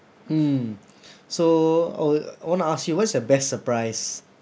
mm so I w~ I wanna ask you what is your best surprise